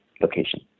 location